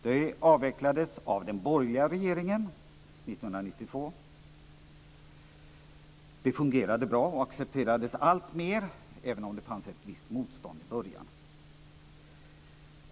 Det avvecklades av den borgerliga regeringen 1992. Det fungerade bra och accepterades alltmer, även om det fanns ett visst motstånd i början.